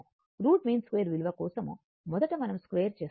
route mean square విలువ కోసం మొదట మనం స్క్వేర్ చేస్తున్నాము